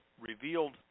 revealed